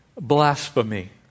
blasphemy